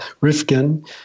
Rifkin